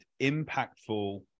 impactful